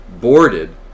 boarded